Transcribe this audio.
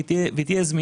והיא תהיה זמינה.